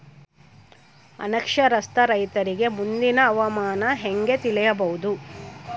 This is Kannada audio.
ಅನಕ್ಷರಸ್ಥ ರೈತರಿಗೆ ಮುಂದಿನ ಹವಾಮಾನ ಹೆಂಗೆ ತಿಳಿಯಬಹುದು?